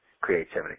creativity